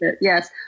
Yes